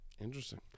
interesting